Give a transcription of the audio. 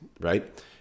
Right